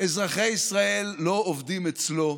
אזרחי ישראל לא עובדים אצלו,